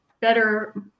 better